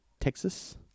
Texas